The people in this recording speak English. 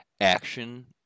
action